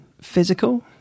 physical